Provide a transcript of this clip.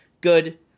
good